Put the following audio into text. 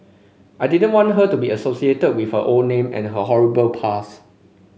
I didn't want her to be associated with her old name and her horrible past